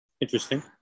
Interesting